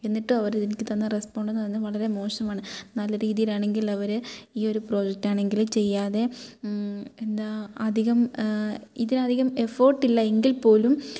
എന്നിട്ടും അവരെനിക്ക് തന്ന റെസ്പോണ്ട് എന്ന് പറയുന്നത് വളരേ മോശമാണ് നല്ല രീതിയിലാണെങ്കിൽ അവർ ഈ ഒരു പ്രോജകറ്റാണെങ്കിൽ ചെയ്യാതെ എന്താ അധികം ഇതിനധികം എഫേർട്ടില്ല എങ്കിൽ പോലും